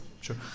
sure